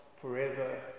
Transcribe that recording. forever